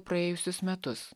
praėjusius metus